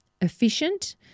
efficient